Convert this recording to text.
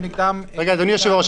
אדוני היושב-ראש,